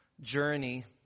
journey